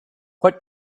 what